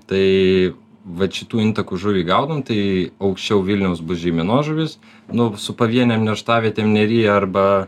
tai vat šitų intakų žuvį gaudom tai aukščiau vilniaus bus žeimenos žuvis nu su pavienėm nerštavietėm nery arba